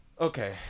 Okay